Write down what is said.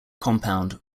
compound